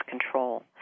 control